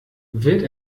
wird